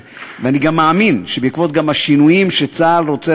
ואני גם מאמין שבעקבות השינויים שצה"ל רוצה